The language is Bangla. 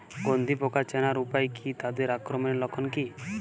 গন্ধি পোকা চেনার উপায় কী তাদের আক্রমণের লক্ষণ কী?